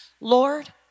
Lord